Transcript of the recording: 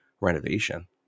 renovation